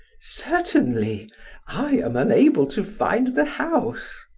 certainly i am unable to find the house.